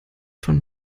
von